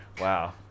Wow